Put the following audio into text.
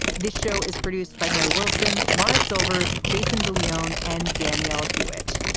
this show is produced by mary wilson, mara silvers, jason de leon and danielle hewitt.